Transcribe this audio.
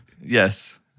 Yes